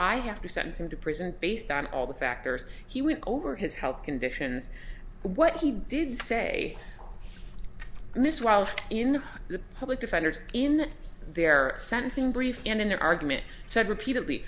i have to sentence him to present based on all the factors he went over his health conditions what he did say this while the public defenders in their sentencing brief and in their argument said repeatedly